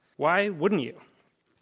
why wouldn't you?